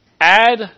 Add